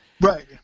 Right